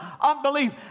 unbelief